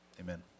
Amen